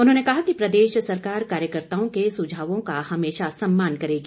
उन्होंने कहा कि प्रदेश सरकार कार्यकर्ताओं के सुझावों का हमेशा सम्मान करेगी